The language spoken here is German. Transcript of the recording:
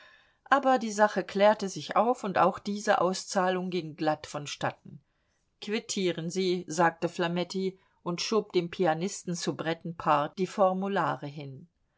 aber die sache klärte sich auf und auch diese auszahlung ging glatt vonstatten quittieren sie sagte flametti und schob dem pianisten soubrettenpaar die formulare hin